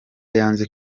yanze